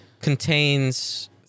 contains